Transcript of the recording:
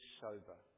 sober